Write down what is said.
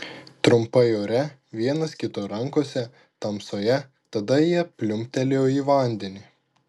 trumpai ore vienas kito rankose tamsoje tada jie pliumptelėjo į vandenį